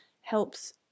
helps